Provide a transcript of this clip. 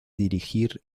dirigir